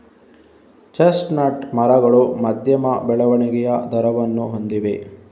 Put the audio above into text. chestnut ಮರಗಳು ಮಧ್ಯಮ ಬೆಳವಣಿಗೆಯ ದರವನ್ನು ಹೊಂದಿವೆ